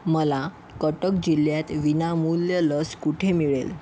मला कटक जिल्ह्यात विनामूल्य लस कुठे मिळेल